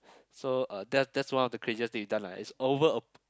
so uh that's that's one of the craziest things we done lah it's over a